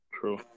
True